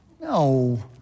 No